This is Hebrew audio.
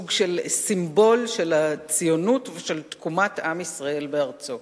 סוג של סימבול של הציונות ושל תקומת עם ישראל בארצו.